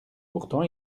pourtant